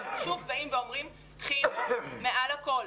אנחנו שוב באים ואומרים, חינוך מעל הכול,